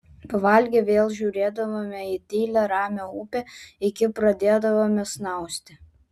pavalgę vėl žiūrėdavome į tylią ramią upę iki pradėdavome snausti